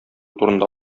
турында